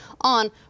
on